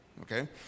Okay